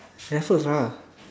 Raffles ah